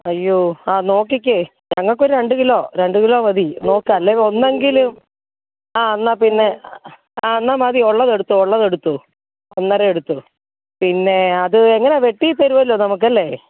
അയ്യോ ആ നോക്കിക്കേ ഞങ്ങൾക്ക് ഒരു രണ്ട് കിലോ രണ്ട് കിലോ മതി നോക്ക് അല്ലേ ഒന്നുകിൽ ആ എന്നാൽ പിന്നെ ആ എന്നാൽ മതി ഉള്ളത് എടുത്തോ ഉള്ളത് എടുത്തോ ഒന്നര എടുത്തോ പിന്നെ അത് എങ്ങനെയാണ് വെട്ടി തരുമല്ലോ നമുക്ക് അല്ലേ